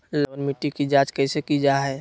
लवन मिट्टी की जच कैसे की जय है?